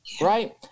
right